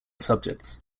subjects